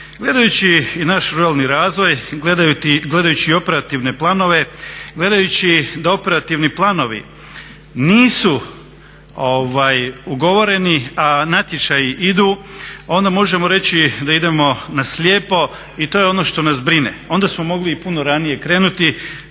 Gledajući i naš ruralni razvoj, gledajući i operativne planove, gledajući da operativni planovi nisu ugovoreni a natječaji idu, onda možemo reći da idemo na slijepo i to je ono što nas brine. Onda smo mogli i puno ranije krenuti